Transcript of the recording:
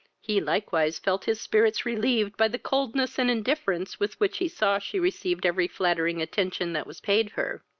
he likewise felt his spirits relieved by the coldness and indifference with which he saw she received every flattering attention that was paid her